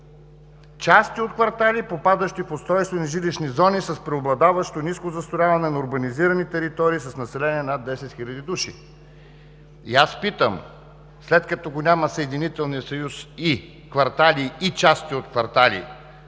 части от квартали, попадащи в устройствени жилищни зони с преобладаващо ниско застрояване на урбанизирани територии с население над 10 хиляди души“. Аз питам: след като го няма съединителния съюз „и“ – „квартали и части от квартали“,